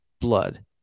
blood